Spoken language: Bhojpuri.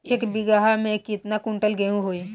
एक बीगहा में केतना कुंटल गेहूं होई?